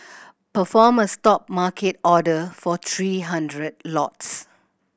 perform a stop market order for three hundred lots